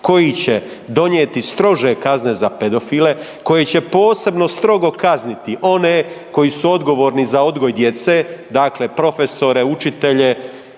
koji će donijeti strože kazne za pedofile, koji će posebno strogo kazniti one koji su odgovorni za odgoj djece, dakle profesore, učitelje,